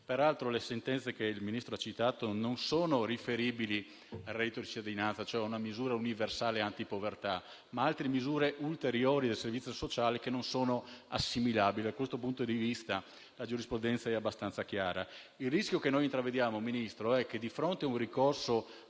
Peraltro, le sentenze che il Ministro ha citato sono riferibili non al reddito di cittadinanza, cioè a una misura universale antipovertà, ma ad altre misure ulteriori del servizio sociale, che non sono assimilabili. Da questo punto di vista la giurisprudenza è abbastanza chiara. Il rischio che intravediamo, signor Ministro, è che, di fronte a un ricorso